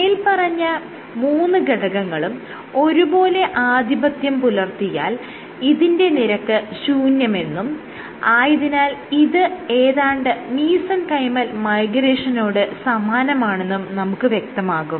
മേല്പറഞ്ഞ മൂന്ന് ഘടകങ്ങളൂം ഒരുപോലെ ആധിപത്യം പുലർത്തിയാൽ ഇതിന്റെ നിരക്ക് ശൂന്യമെന്നും ആയതിനാൽ ഇത് ഏതാണ്ട് മീസെൻകൈമൽ മൈഗ്രേഷനോട് സമാനമാണെന്നും നമുക്ക് വ്യക്തമാകും